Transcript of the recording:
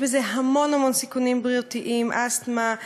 יש בזה המון המון סיכונים בריאותיים: אסתמה,